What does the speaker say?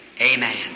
Amen